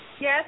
Yes